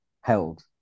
held